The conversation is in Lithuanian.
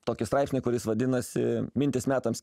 tokį straipsnį kuris vadinasi mintys metams